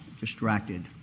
Distracted